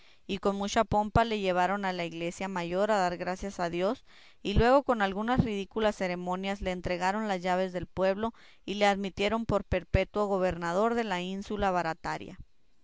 y con mucha pompa le llevaron a la iglesia mayor a dar gracias a dios y luego con algunas ridículas ceremonias le entregaron las llaves del pueblo y le admitieron por perpetuo gobernador de la ínsula barataria